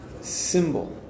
symbol